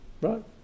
right